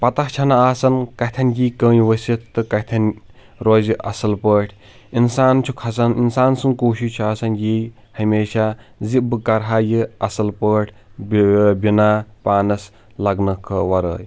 پتہٕ چھنہٕ آسَن کَتٮ۪ن یی کٔنۍ وٕسِتھ تہٕ کَتٮ۪ن روزِ اَصٕل پٲٹھۍ انسان چھُ کَھسن اِسان سٕنٛز کوٗشِش چھِ آسَن یی ہَمیشا زِ بہٕ کرہا یہِ اصٕل پٲٹھۍ بِنا پانَس لَگنہٕ ورٲے